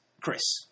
Chris